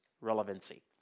relevancy